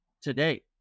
today